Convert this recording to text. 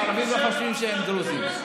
והערבים לא חושבים שהם דרוזים.